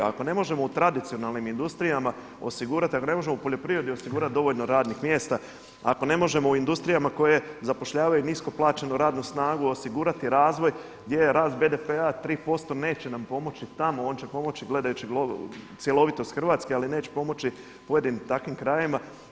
Ako ne možemo u tradicionalnim industrijama osigurati, ako ne možemo u poljoprivredi osigurati dovoljno radnih mjesta, ako ne možemo u industrijama koje zapošljavaju nisko plaćenu radnu snagu osigurati razvoj gdje je rast BDP-a 3% neće nam pomoći tamo, on će pomoći gledajući cjelovitost Hrvatske ali neće pomoći pojedinim takvim krajevima.